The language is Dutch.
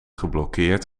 geblokkeerd